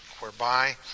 whereby